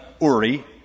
Uri